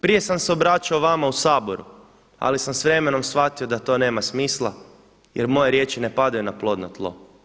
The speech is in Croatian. Prije sam se obraćao vama u Saboru, ali sam s vremenom shvatio da to nema smisla jer moje riječi ne padaju na plodno tlo.